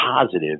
positive